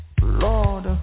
Lord